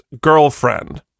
girlfriend